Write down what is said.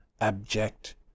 abject